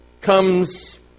comes